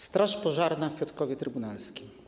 Straż pożarna w Piotrkowie Trybunalskim.